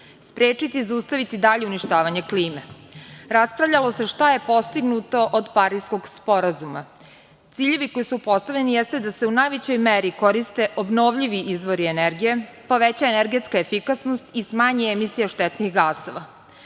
sprečiti i zaustaviti dalje uništavanje klime. Raspravljalo se šta je postignuto od Pariskog sporazuma. Ciljevi koji su postavljeni jeste da se u najvećoj meri koriste obnovljivi izvori energije, poveća energetska efikasnost i smanji emisija štetnih gasova.